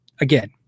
Again